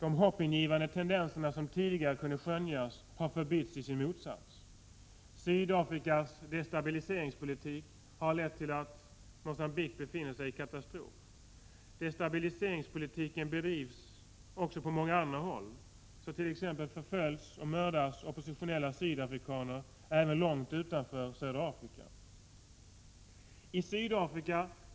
De hoppingivande tendenser som tidigare kunde skönjas har förbytts i sin motsats. Sydafrikas destabiliseringspolitik har lett till att Mogambique befinner sig i katastrof. Destabiliseringspolitiken bedrivs också på många andra håll. Så t.ex. förföljs och mördas oppositionella sydafrikaner även långt utanför södra Afrika.